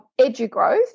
Edugrowth